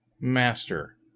master